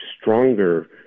stronger